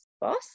boss